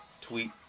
tweet